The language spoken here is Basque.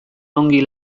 ongi